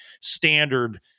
standard